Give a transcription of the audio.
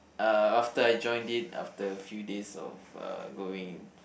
uh after I joined it after a few days of uh going